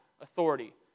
authority